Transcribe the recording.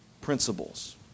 principles